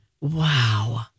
Wow